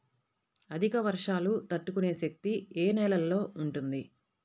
అధిక వర్షాలు తట్టుకునే శక్తి ఏ నేలలో ఉంటుంది?